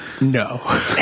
No